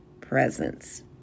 presence